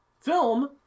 film